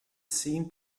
seemed